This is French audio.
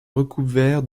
recouvert